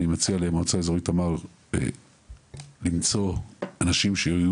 אני מציע למועצה אזורית תמר למצוא אנשים שיהיו